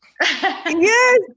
Yes